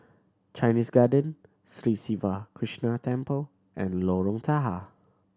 Chinese Garden Sri Siva Krishna Temple and Lorong Tahar